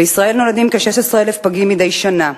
בישראל נולדים כ-16,000 פגים מדי שנה.